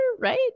Right